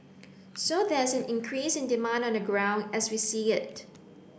so there is an increase in demand on the ground as we see it